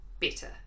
better